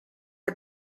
are